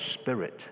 Spirit